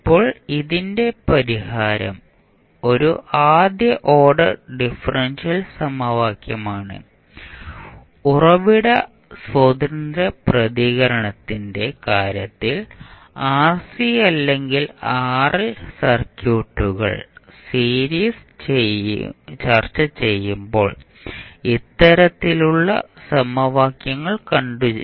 ഇപ്പോൾ ഇതിന്റെ പരിഹാരം ഒരു ആദ്യ ഓർഡർ ഡിഫറൻഷ്യൽ സമവാക്യമാണ് ഉറവിട സ്വതന്ത്ര പ്രതികരണത്തിന്റെ കാര്യത്തിൽ ആർസി അല്ലെങ്കിൽ ആർഎൽ സർക്യൂട്ടുകൾ സീരീസ് ചർച്ചചെയ്യുമ്പോൾ ഇത്തരത്തിലുള്ള സമവാക്യങ്ങൾ കണ്ടു